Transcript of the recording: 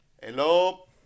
Hello